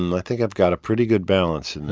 and i think i've got a pretty good balance in there,